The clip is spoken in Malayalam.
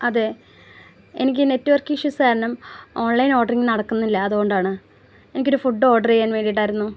അതെ എനിക്ക് നെറ്റ്വർക്ക് ഇഷ്യൂസ് കാരണം ഓൺലൈൻ ഓർഡറിങ് നടക്കുന്നില്ല അതുകൊണ്ടാണ് എനിക്ക് ഒരു ഫുഡ് ഓർഡർ ചെയ്യാൻ വേണ്ടിയിട്ടായിരുന്നു